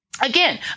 Again